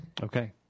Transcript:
Okay